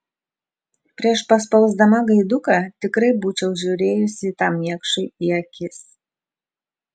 prieš paspausdama gaiduką tikrai būčiau žiūrėjusi tam niekšui į akis